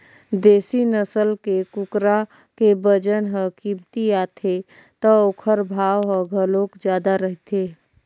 देसी नसल के कुकरा के बजन ह कमती आथे त ओखर भाव ह घलोक जादा रहिथे